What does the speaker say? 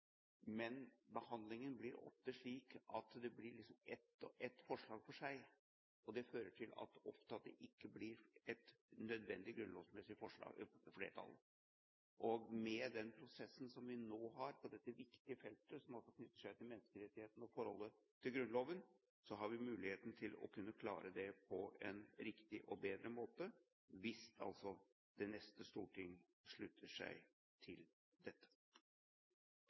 men det blir ofte slik at ett og ett forslag blir behandlet for seg, og det fører til at det ofte ikke blir et nødvendig grunnlovsmessig flertall. Med den prosessen som vi nå har på dette viktige feltet – som altså knytter seg til menneskerettighetene og forholdet til Grunnloven – har vi muligheten til å kunne klare det på en riktig og bedre måte, hvis altså det neste storting slutter seg til dette.